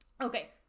Okay